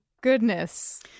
goodness